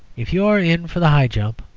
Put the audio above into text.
if you are in for the high jump,